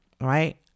right